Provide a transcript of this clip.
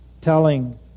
telling